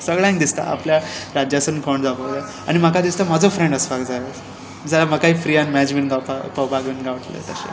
सगळ्यांक दिसता आपल्या राज्यासून कोण जावपाक जाय आनी म्हाका दिसता म्हजो फ्रेंड आसपाक जाय जाल्यार म्हाकाय फ्री मॅच पळोवपाक बी गावतलें